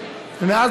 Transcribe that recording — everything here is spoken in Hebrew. ומאז,